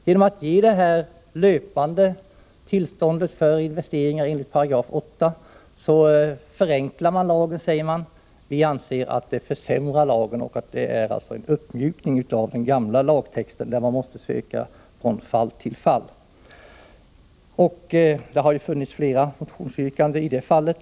Genom att ge det här löpande tillståndet för investeringar enligt 8 § förenklar man lagen, säger man. Vi anser att det försämrar lagen och är en uppmjukning av den gamla lagtexten, enligt vilken tillstånd måste sökas från fall till fall. Det har framställts flera motionsyrkanden i det här fallet.